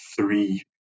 three